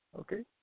Okay